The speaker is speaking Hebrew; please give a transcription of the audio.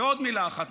ועוד מילה אחת.